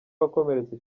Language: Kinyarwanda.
wakomeretse